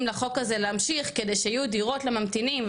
לחוק הזה להמשיך כדי שיהיו דירות לממתינים,